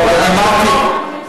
למה לא הכנסת את זה בחוק?